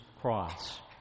cross